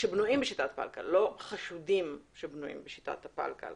לא חשודים שבנויים בשיטת הפלקל.